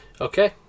Okay